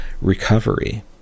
recovery